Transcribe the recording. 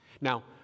Now